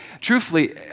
Truthfully